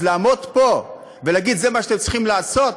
אז לעמוד פה ולהגיד: זה מה שאתם צריכים לעשות,